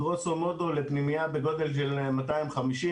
גרוסו מודו לפנימייה בגודל של 250,